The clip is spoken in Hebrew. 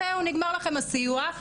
זהו נגמר לכם הסיוע,